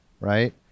right